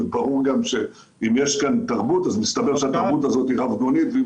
וברור גם שאם יש כאן תרבות אז התרבות הזו היא רב גונית והיא